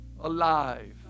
alive